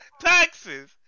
taxes